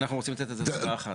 אנחנו רוצים לתת על דירה אחת,